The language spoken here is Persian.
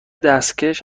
دستکش